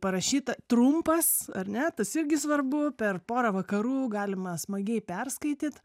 parašyta trumpas ar ne tas irgi svarbu per porą vakarų galima smagiai perskaityt